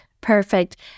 Perfect